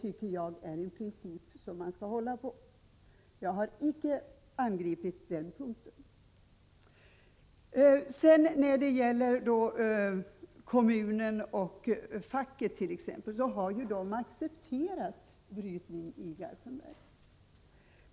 Det är en princip man skall hålla på, och jag har icke angripit den saken. Kommunen och facket har accepterat brytning i Garpenberg.